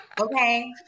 Okay